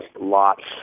lots